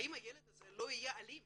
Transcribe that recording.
האם הילד הזה לא יהיה אלים